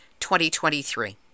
2023